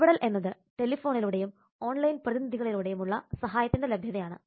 ഇടപെടൽ എന്നത് ടെലിഫോണിലൂടെയും ഓൺലൈൻ പ്രതിനിധികളിലൂടെയും ഉള്ള സഹായത്തിന്റെ ലഭ്യതയാണ്